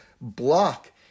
block